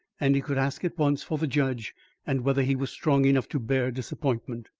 and he could ask at once for the judge and whether he was strong enough to bear disappointment.